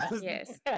Yes